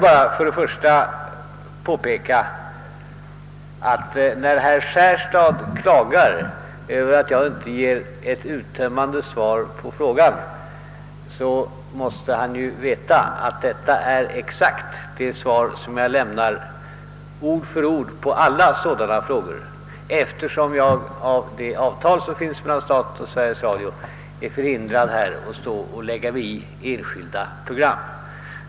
När herr Johansson i Skärstad klagar Över att jag inte ger ett uttömmande svar på hans fråga vill jag endast påpeka att han måste veta att detta är exakt det svar som jag lämnar på alla sådana frågor, eftersom jag enligt det avtal som träffats mellan staten och Sveriges Radio är förhindrad att lägga mig i enskilda program.